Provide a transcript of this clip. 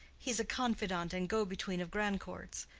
he's a confident and go-between of grandcourt's.